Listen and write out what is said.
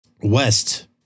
west